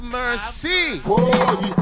mercy